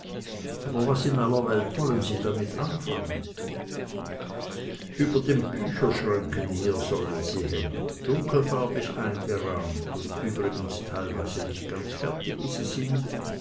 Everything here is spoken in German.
aber was in aller welt wollen sie damit anfangen über den bücherschränken hier sollen sie hängen dunkelfarbig eingerahmt und übrigens teilweise nicht ganz fertig wie sie sind